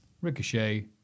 Ricochet